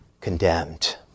condemned